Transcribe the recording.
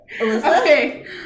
Okay